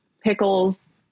Pickles